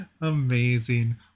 Amazing